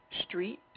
street